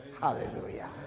hallelujah